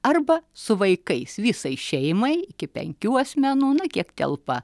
arba su vaikais visai šeimai iki penkių asmenų na kiek telpa